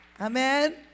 Amen